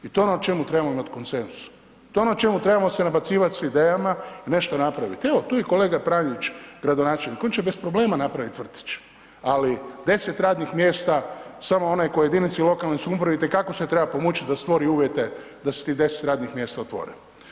I to je ono o čemu trebamo imati konsenzus, to je ono o čemu trebamo se nabacivat s idejama i nešto napravit, evo tu je kolega Pranjić gradonačelnik, on će bez problema napravit vrtić, ali 10 radnim mjesta samo u nekoj jedinici lokalne samouprave i te kako se treba pomučit da stvori uvjete da se ti 10 radnih mjesta otvore.